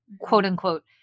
quote-unquote